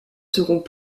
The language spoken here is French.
seront